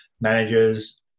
managers